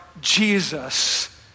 Jesus